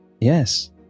Yes